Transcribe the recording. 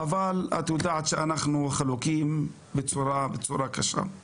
את עובדי משרד החקלאות לא מעניין לפתוח חומרים מלפני 40 שנה.